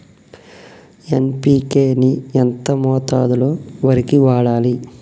NPK ని ఎంత మోతాదులో వరికి వాడాలి?